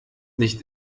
nicht